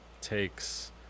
takes